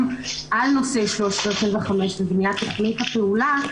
על נושא 1325 בבניית תוכנית הפעולה,